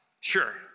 sure